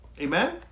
Amen